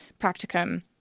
practicum